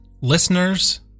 listeners